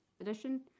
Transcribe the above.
edition